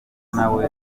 nawe